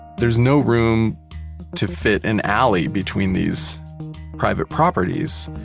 there's no room to fit an alley between these private properties.